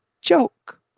joke